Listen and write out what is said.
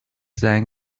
زنگ